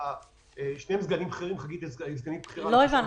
שניהם סגנים בכירים --- אני לא מבינה,